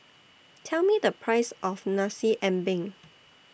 Tell Me The Price of Nasi Ambeng